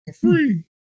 Free